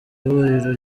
ihuriro